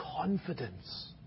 confidence